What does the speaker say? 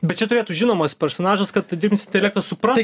bet čia turėtų žinomas personažas kad dirbtinis intelektas suprast